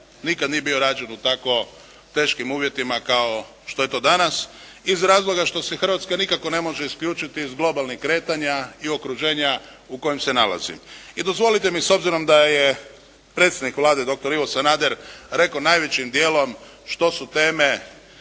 nikada nije bio rađen u tako teškim uvjetima kao što je to danas iz razloga što se Hrvatska nikako ne može isključiti iz globalnih kretanja i okruženja u kojima se nalazi. I dozvolite mi s obzirom da je predsjednik Vlade dr. Ivo Sanader rekao najvećim dijelom što su teme